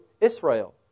Israel